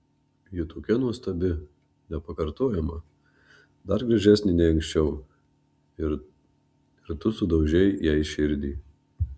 ji tokia nuostabi nepakartojama dar gražesnė nei anksčiau ir ir tu sudaužei jai širdį